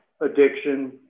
addiction